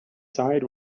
side